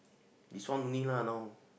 this one only lah now